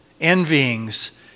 envyings